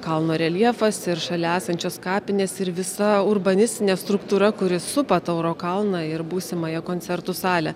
kalno reljefas ir šalia esančios kapinės ir visa urbanistinė struktūra kuri supa tauro kalną ir būsimąją koncertų salę